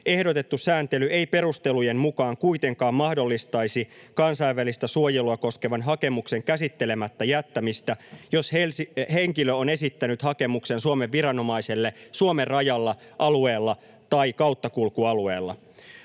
”Ehdotettu sääntely ei perustelujen mukaan kuitenkaan mahdollistaisi kansainvälistä suojelua koskevan hakemuksen käsittelemättä jättämistä, jos henkilö on esittänyt hakemuksen Suomen viranomaiselle Suomen rajalla, alueella tai kauttakulkualueella.